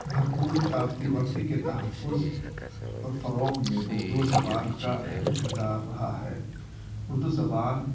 بھرپور ثقافتی ورثے کے تحفظ اور فروغ میں اردو زبان کا اہم کردار رہا ہے اردو زبان